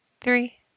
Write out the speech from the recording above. three